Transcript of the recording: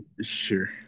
Sure